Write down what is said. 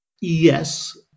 Yes